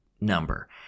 number